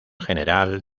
general